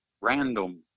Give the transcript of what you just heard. random